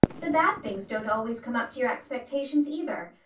the bad things don't always come up to your expectations either.